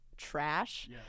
trash